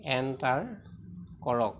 enter কৰক